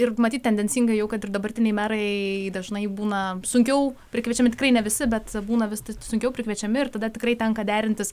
ir matyt tendencingai jau kad ir dabartiniai merai dažnai būna sunkiau prikviečiami tikrai ne visi bet būna vis sunkiau prikviečiami ir tada tikrai tenka derintis